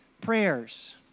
prayers